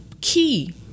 key